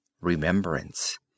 Remembrance